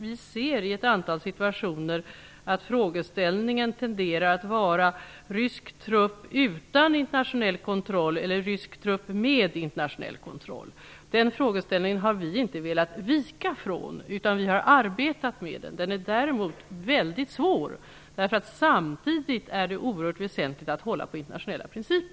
Vi ser i ett antal situationer att frågeställningen tenderar att handla om ryska trupper utan internationell kontroll eller ryska trupper med internationell kontroll. Denna frågeställning har vi inte velat vika från. Vi har arbetat med den, men den är mycket komplicerad, eftersom det är oerhört väsentligt att man samtidigt håller på internationella principer.